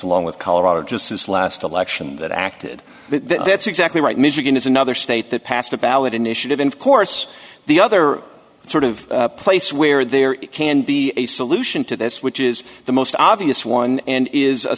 along with colorado just this last election that acted that that's exactly right michigan is another state that passed a ballot initiative in of course the other sort of place where there can be a solution to this which is the most obvious one and i